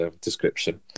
description